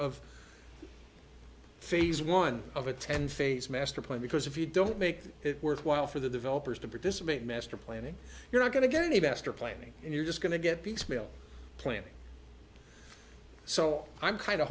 of phase one of a ten face master plan because if you don't make it worthwhile for the developers to participate master planning you're not going to get any master planning and you're just going to get piecemeal planning so i'm kind